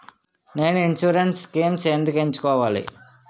నేను insurance schemes ఎందుకు ఎంచుకోవాలి?